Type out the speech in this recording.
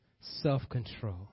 self-control